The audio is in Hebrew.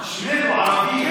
ערבים,